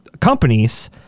companies